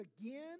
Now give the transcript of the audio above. again